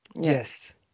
Yes